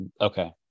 Okay